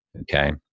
Okay